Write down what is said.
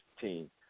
team